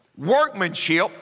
workmanship